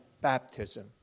baptism